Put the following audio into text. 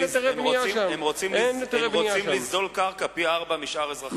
הם רוצים לזלול קרקע פי-ארבעה משאר אזרחי ישראל.